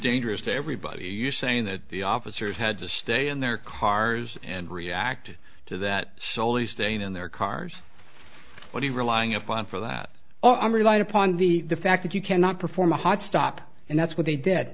dangerous to everybody you saying that the officers had to stay in their cars and react to that slowly staying in their cars when he relying upon for that all relied upon the fact that you cannot perform a hot stop and that's what they did